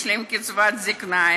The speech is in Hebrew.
יש להם קצבת זיקנה,